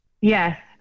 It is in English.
Yes